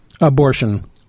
abortion